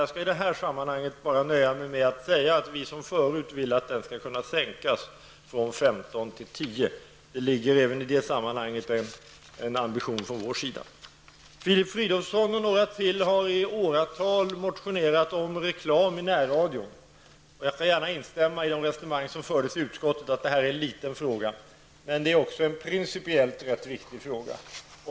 Jag skall i det här sammanhanget nöja mig med att säga att vi som förut vill att avgiften skall sänkas från 15 till 10 kr. per sändningstimme. Det ligger även i det sammanhanget en ambition från vår sida. Filip Fridolfsson och några till har i åratal motionerat om reklam i närradion. Jag kan instämma i det resonemang som fördes i utskottet, att detta är en liten fråga, men det är också en principiellt rätt viktig fråga.